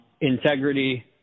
Integrity